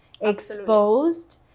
exposed